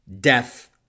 death